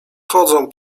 chodzą